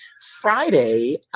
Friday